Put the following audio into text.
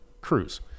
cruise